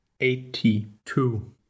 eighty-two